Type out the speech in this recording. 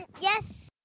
yes